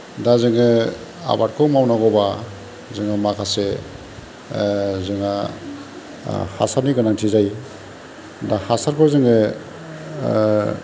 दा जोङो आबादखौ मावनांगौबा जोङो माखासे जोंहा हासारनि गोनांथि जायो दा हासारखौ जोङो